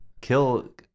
Kill